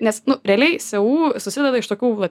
nes nu realiai su susideda iš tokių vat